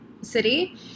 city